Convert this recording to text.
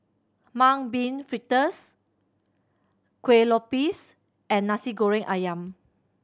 Mung Bean Fritters Kueh Lopes and Nasi Goreng Ayam